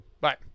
Bye